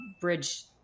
bridge